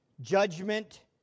judgment